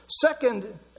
Second